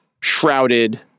shrouded